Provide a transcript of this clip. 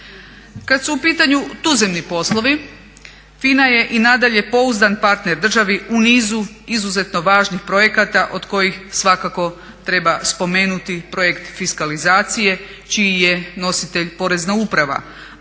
Kada su u pitanju tuzemni poslovi FINA je i nadalje pouzdan partner državi u nizu izuzetno važnih projekata od kojih svakako treba spomenuti projekt fiskalizacije čiji je nositelj porezna uprava.